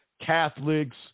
Catholics